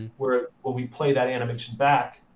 where, when we play that animation back,